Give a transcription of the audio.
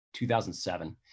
2007